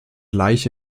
leiche